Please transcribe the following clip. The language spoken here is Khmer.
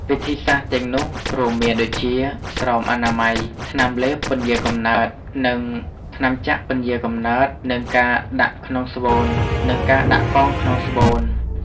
វិធីសាស្ត្រទាំងនោះរួមមានដូចជា ស្រោមអនាម័យ ថ្នាំលេបពន្យារកំណើត ថ្នាំចាក់ពន្យារកំណើត និងការដាក់កងក្នុងស្បូន។